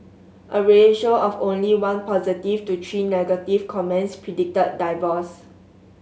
a ratio of only one positive to three negative comments predicted divorce